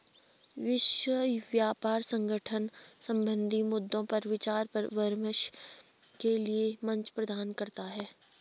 विश्व व्यापार संगठन व्यापार संबंधी मद्दों पर विचार विमर्श के लिये मंच प्रदान करता है